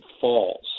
falls